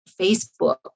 Facebook